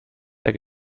der